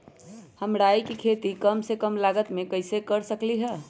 हम राई के खेती कम से कम लागत में कैसे कर सकली ह?